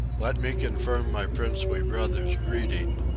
let me confirm my princely brother's greeting.